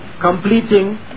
completing